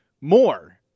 more